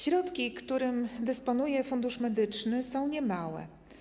Środki, którymi dysponuje Fundusz Medyczny, są niemałe.